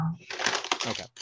Okay